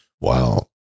Wow